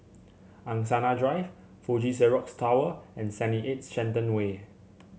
Angsana Drive Fuji Xerox Tower and seventy eight Shenton Way